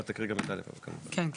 (3)